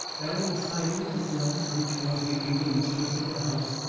and, deciding at a glance which was the able mistress of the house,